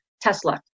Tesla